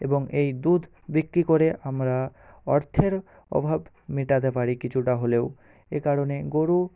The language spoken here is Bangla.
এবং এই দুধ বিক্রি করে আমরা অর্থের অভাব মেটাতে পারি কিছুটা হলেও এ কারণে গরু